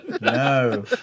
No